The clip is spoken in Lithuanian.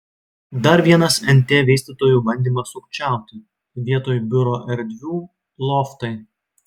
dar vienas nt vystytojų bandymas sukčiauti vietoj biuro erdvių loftai